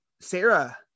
Sarah